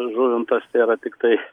žuvintas tėra tiktai